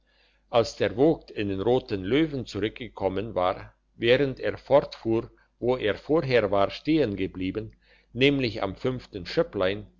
als der vogt in den roten löwen zurückgekommen war während er fortfuhr wo er vorher war stehen geblieben nämlich am fünften